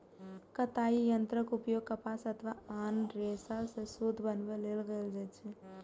कताइ यंत्रक उपयोग कपास अथवा आन रेशा सं सूत बनबै लेल कैल जाइ छै